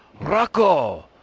Rocco